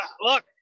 look